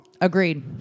Agreed